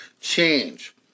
change